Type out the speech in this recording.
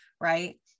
right